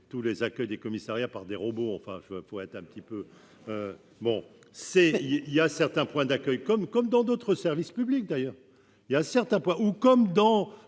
tous les accueille des commissariats par des robots, enfin, pour être un petit peu, bon c'est il y a certains points d'accueil. Comme, comme dans d'autres services publics d'ailleurs, il y a certains points ou comme dans